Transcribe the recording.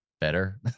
Better